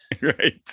right